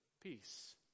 Peace